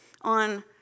on